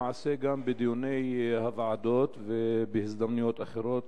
בדיוני הוועדות ובהזדמנויות אחרות,